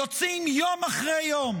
יוצאים יום אחרי יום